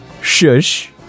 Shush